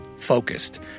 focused